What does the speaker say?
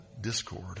discord